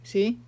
See